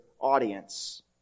audience